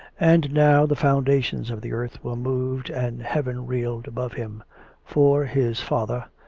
and now the foundations of the earth were moved and heaven reeled above him for his father,